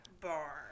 bar